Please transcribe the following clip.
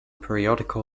periodical